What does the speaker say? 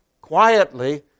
quietly